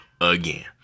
again